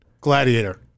Gladiator